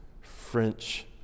French